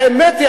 האמת היא,